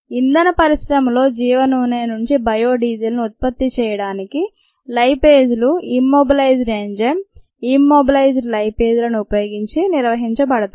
ఇంధన పరిశ్రమలో జీవ నూనె నుండి బయో డీజిల్ ను ఉత్పత్తి చేయడానికి లైపేజ్ లు ఇమ్మొబిలైజ్డ్ ఎంజైమ్ ఇమ్మొబిలైజ్డ్ లైపేజ్ లను ఉపయోగించి నిర్వహించబడతాయి